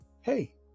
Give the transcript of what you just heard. hey